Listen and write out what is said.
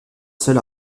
seul